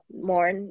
more